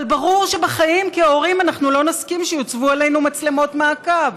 אבל ברור שבחיים כהורים לא נסכים שיוצבו עלינו מצלמות מעקב.